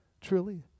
Truly